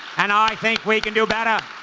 and i think we can do better!